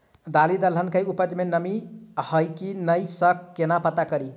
दालि दलहन केँ उपज मे नमी हय की नै सँ केना पत्ता कड़ी?